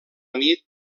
nit